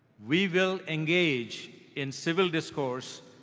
we will engage in civil discourse,